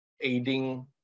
aiding